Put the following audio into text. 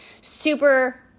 super